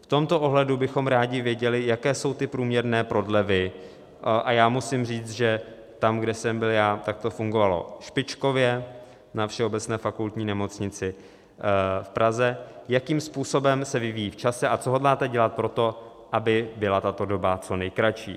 V tomto ohledu bychom rádi věděli, jaké jsou ty průměrné prodlevy a já musím říct, že tam, kde jsem byl já, to fungovalo špičkově, ve Všeobecné fakultní nemocnici v Praze , jakým způsobem se vyvíjí v čase a co hodláte dělat pro to, aby byla tato doba co nejkratší.